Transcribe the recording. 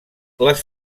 les